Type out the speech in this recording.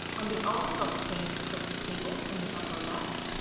on the all results page, click tables in the upper left.